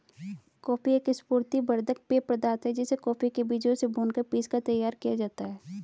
coffee एक स्फूर्ति वर्धक पेय पदार्थ है जिसे कॉफी के बीजों से भूनकर पीसकर तैयार किया जाता है